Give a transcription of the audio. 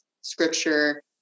scripture